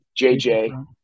JJ